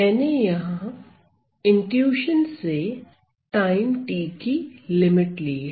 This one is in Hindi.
मैंने यहां सहज ज्ञान से टाइम t की लिमिट ली है